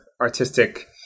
artistic